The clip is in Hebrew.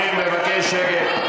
אני מבקש שקט.